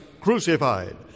crucified